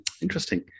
Interesting